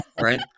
Right